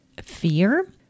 fear